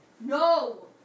No